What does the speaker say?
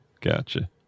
Gotcha